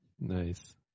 Nice